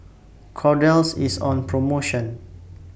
Kordel's IS on promotion